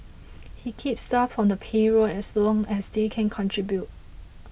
he keeps staff on the payroll as long as they can contribute